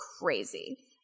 Crazy